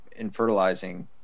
infertilizing